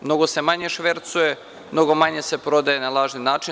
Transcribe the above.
Mnogo se manje švercuje i mnogo manje se prodaje na lažni način.